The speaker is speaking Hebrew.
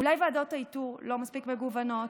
אולי ועדות האיתור לא מספיק מגוונות?